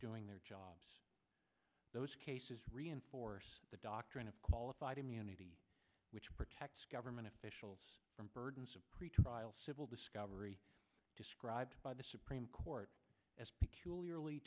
doing their jobs those cases reinforce the doctrine of qualified immunity which protects government officials from burdens of pretrial civil discovery described by the supreme court as peculiar